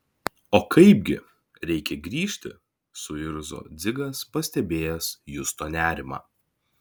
o kaipgi reikia grįžti suirzo dzigas pastebėjęs justo nerimą